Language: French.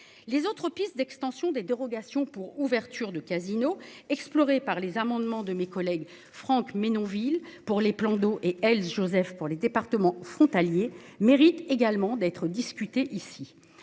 Les autres pistes d'extension des dérogations pour ouverture de casino explorée par les amendements de mes collègues Franck Menonville pour les plans d'eau et elle Joseph pour les départements frontaliers mérite également d'être discutées ici